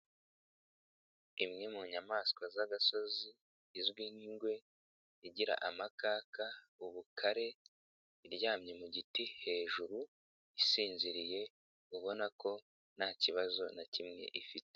Imwe mu nyamaswa z'agasozi izwi nk'ingwe igira amakaka, ubukare, iryamye mu giti hejuru isinziriye ubona ko nta kibazo na kimwe ifite.